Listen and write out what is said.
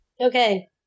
Okay